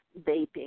vaping